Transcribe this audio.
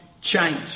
change